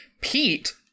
Pete